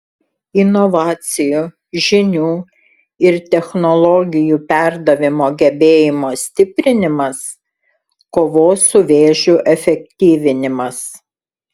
inovacijų žinių ir technologijų perdavimo gebėjimo stiprinimas kovos su vėžiu efektyvinimas